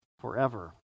forever